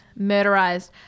Murderized